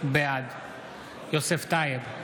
בעד יוסף טייב,